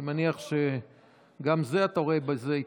אני מניח שגם בזה אתה רואה התיישבות.